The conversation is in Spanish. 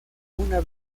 una